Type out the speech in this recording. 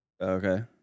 Okay